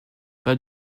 pas